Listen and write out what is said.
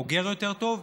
בוגר יותר טוב,